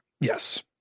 Yes